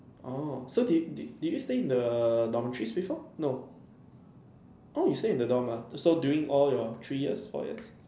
oh so did did did you stay in the dormitories before no oh you stay in the dorm ah so during your all your three years four years